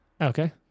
Okay